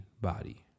body